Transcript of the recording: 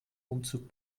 umzug